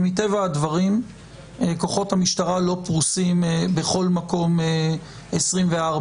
ומטבע הדברים כוחות המשטרה לא פרוסים בכל מקום 24/7,